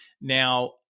Now